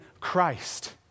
Christ